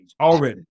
already